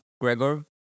Gregor